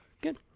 Good